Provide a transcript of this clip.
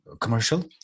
commercial